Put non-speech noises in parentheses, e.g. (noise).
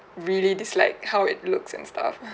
really dislike how it looks and stuff (laughs)